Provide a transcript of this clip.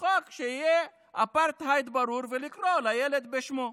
חוק שיהיה אפרטהייד ברור, ולקרוא לילד בשמו.